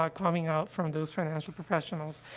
um coming out from those financial professionals,